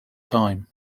time